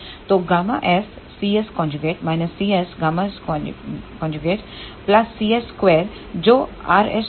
तोΓscs cs Γs cs2 जो rs2